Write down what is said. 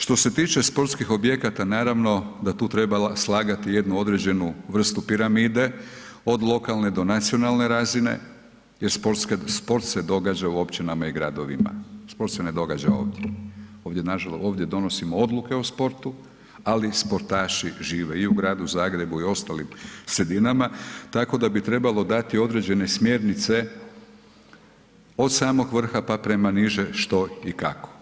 Što se tiče sportskih objekata naravno da tu treba slagati jednu određenu vrstu piramide od lokalne do nacionalne razine, jer sport se događa u općinama i gradovima, sport se ne događa ovdje, ovdje donosimo odluke o sportu ali sportaši žive i u gradu Zagrebu i u ostalim sredinama tako da bi trebalo dati određene smjernice od samog vrha pa prema niže što i kako.